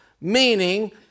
meaning